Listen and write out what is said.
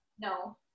No